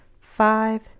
five